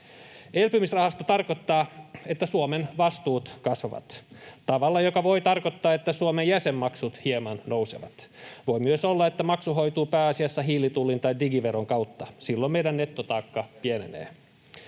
Elpymisrahasto tarkoittaa, että Suomen vastuut kasvavat tavalla, joka voi tarkoittaa, että Suomen jäsenmaksut hieman nousevat. Voi myös olla, että maksu hoituu pääasiassa hiilitullin tai digiveron kautta. Silloin meidän nettotaakka pienenee.